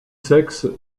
sexes